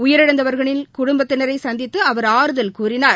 உயிரிழந்தவர்களின் குடும்பத்தினரைசந்தித்துஅவர் ஆறுதல் கூறினார்